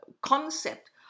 concept